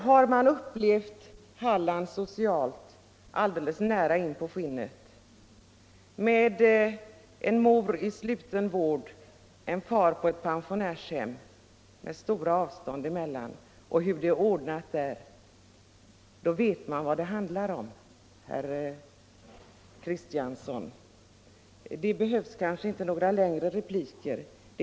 Har man upplevt Halland socialt nära inpå skinnet — med en mor i sluten vård, en far på pensionärshem och med stora avstånd mellan inrättningarna — hur det är ordnat där, då vet man vad det handlar om och vad man talar om, herr Kristiansson. Det behövs inte några längre repliker om det.